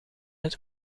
het